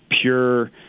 pure